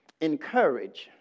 encourage